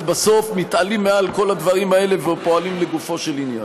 בסוף מתעלים מעל כל הדברים האלה ופועלים לגופו של עניין?